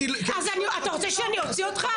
אתה רוצה שאני אוציא אותך?